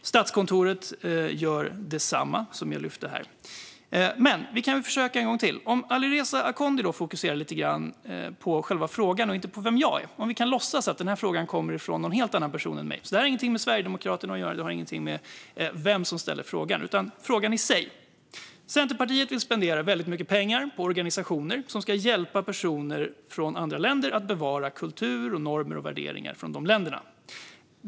Statskontoret gör detsamma, vilket jag lyfte fram här. Men vi kan väl försöka en gång till, om Alireza Akhondi kan fokusera lite grann på själva frågan och inte på vem jag är. Vi kan låtsas att den här frågan kommer från någon helt annan person och att det inte har någonting med Sverigedemokraterna eller vem som ställer frågan att göra. Centerpartiet vill spendera väldigt mycket pengar på organisationer som ska hjälpa personer från andra länder att bevara kultur, normer och värderingar från de länderna.